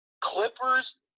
Clippers